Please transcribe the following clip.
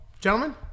gentlemen